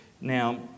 Now